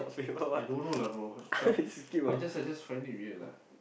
I don't know lah bro but I just I just find it weird lah